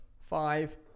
Five